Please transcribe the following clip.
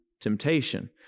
temptation